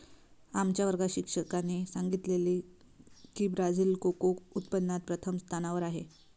आमच्या वर्गात शिक्षकाने सांगितले की ब्राझील कोको उत्पादनात प्रथम स्थानावर आहे